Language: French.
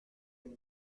donc